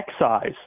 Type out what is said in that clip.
excise